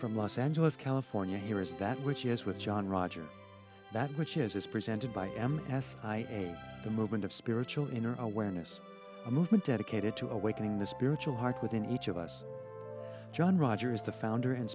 from los angeles california here is that which he has with john roger that which is presented by m s i a the movement of spiritual inner awareness a movement dedicated to awakening the spiritual heart within each of us john rogers the founder and